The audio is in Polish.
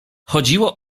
chodziło